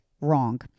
Wrong